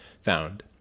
found